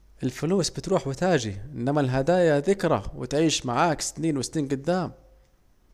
الفلوس بتروح وتاجي، إنما الهدايا ذكرى وتعيش معاك سنين وسنين جدام